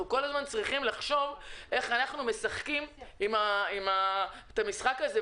אנחנו כל הזמן צריכים לחשוב איך אנחנו משחקים את המשחק הזה,